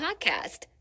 podcast